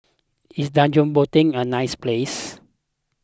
is Djibouti a nice place